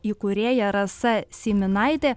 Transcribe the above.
įkūrėja rasa syminaitė